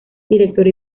director